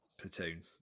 platoon